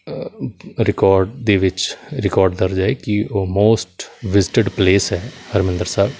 record ਦੇ ਵਿੱਚ record ਦਰਜ ਹੈ ਕਿ ਉਹ ਮੋਸਟ ਵਿਜਿਟਿਡ ਪਲੇਸ ਹੈ ਹਰਿਮੰਦਰ ਸਾਹਿਬ